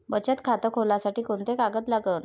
बचत खात खोलासाठी कोंते कागद लागन?